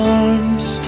arms